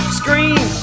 scream